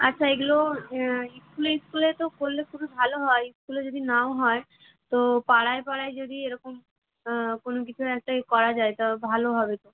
আচ্ছা এইগুলো স্কুলে স্কুলে তো করলে খুবই ভালো হয় স্কুলে যদি নাও হয় তো পাড়ায় পাড়ায় যদি এরকম কোনো কিছু একটা এ করা যায় তাও ভালো হবে তো